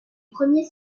premier